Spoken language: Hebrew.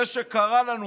זה שקרא לנו,